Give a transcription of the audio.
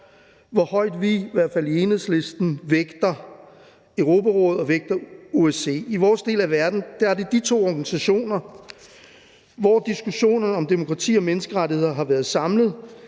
hvert fald i Enhedslisten vægter Europarådet og OSCE. I vores del af verden er det de to organisationer, hvor diskussionerne om demokrati og menneskerettigheder har været samlet.